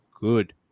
good